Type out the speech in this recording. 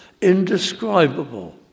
indescribable